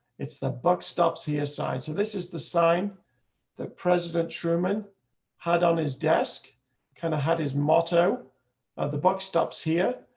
it's the buck stops here side. so this is the sign that president truman had on his desk kind of had his motto of the buck stops here.